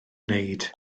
wneud